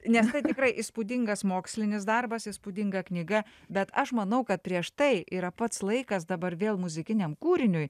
nes tai tikrai įspūdingas mokslinis darbas įspūdinga knyga bet aš manau kad prieš tai yra pats laikas dabar vėl muzikiniam kūriniui